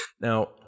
now